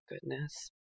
goodness